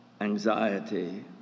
anxiety